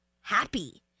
happy